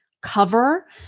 cover